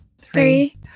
three